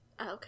okay